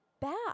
back